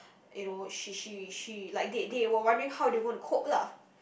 you know she she she like they they were wondering how they were gonna cope lah